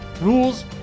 rules